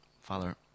Father